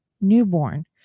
newborn